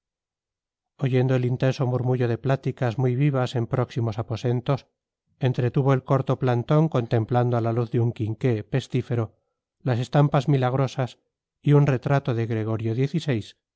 oyendo el intenso murmullo de pláticas muy vivas en próximos aposentos entretuvo el corto plantón contemplando a la luz de un quinqué pestífero las estampas milagrosas y un retrato de gregorio